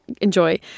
enjoy